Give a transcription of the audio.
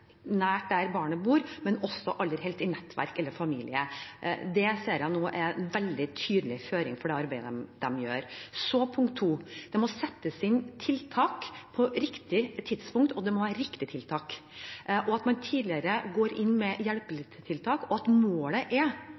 der barnet bor, men også aller helst i nettverk eller i familie. Det ser jeg nå er en veldig tydelig føring for det arbeidet de gjør. Så må det settes inn tiltak på riktig tidspunkt, det må være riktige tiltak, og man må gå inn tidligere med hjelpetiltak. Målet er at